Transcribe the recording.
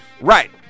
right